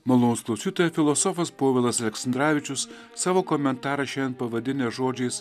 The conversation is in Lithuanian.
malonūs klausytojai filosofas povilas aleksandravičius savo komentarą šiandien pavadinęs žodžiais